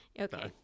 Okay